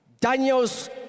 Daniel's